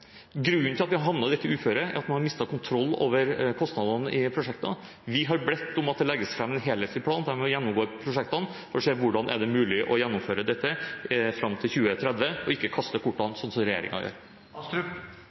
Grunnen til at vi har havnet i dette uføret, er at man har mistet kontrollen over kostnadene i prosjektene. Vi har bedt om at det legges fram en helhetlig plan, der man gjennomgår prosjektene for å se hvordan det er mulig å gjennomføre dette fram til 2030, og ikke kaste